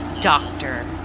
doctor